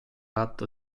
atto